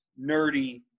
nerdy